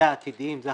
זה העתידיים.